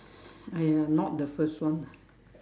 !aiya! not the first one ah